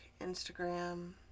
Instagram